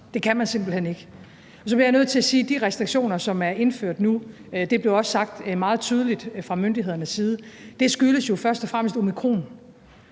nødt til at sige, at de restriktioner, som er indført nu – det blev også sagt meget tydeligt fra myndighedernes side – først og fremmest skyldes